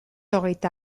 hogeita